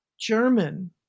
German